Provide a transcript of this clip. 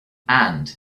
and